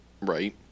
Right